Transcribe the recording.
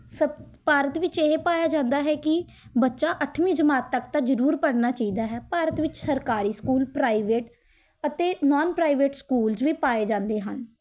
ਸਭ ਭਾਰਤ ਵਿੱਚ ਇਹ ਪਾਇਆ ਜਾਂਦਾ ਹੈ ਕਿ ਬੱਚਾ ਅੱਠਵੀਂ ਜਮਾਤ ਤੱਕ ਤਾਂ ਜ਼ਰੂਰ ਪੜ੍ਹਨਾ ਚਾਹੀਦਾ ਹੈ ਭਾਰਤ ਵਿੱਚ ਸਰਕਾਰੀ ਸਕੂਲ ਪ੍ਰਾਈਵੇਟ ਅਤੇ ਨੋਨ ਪ੍ਰਾਈਵੇਟ ਸਕੂਲਜ਼ ਵੀ ਪਾਏ ਜਾਂਦੇ ਹਨ